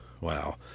Wow